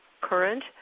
current